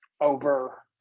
over